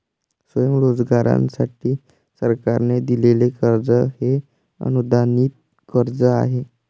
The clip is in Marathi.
स्वयंरोजगारासाठी सरकारने दिलेले कर्ज हे अनुदानित कर्ज आहे